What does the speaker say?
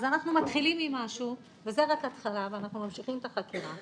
אז אנחנו מתחילים עם משהו וזו רק התחלה ואנחנו ממשיכים את החקירה.